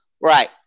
Right